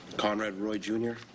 conrad roy junior.